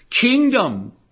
kingdom